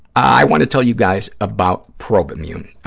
i want to tell you guys about probimune.